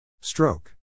Stroke